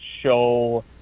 show